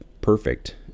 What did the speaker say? perfect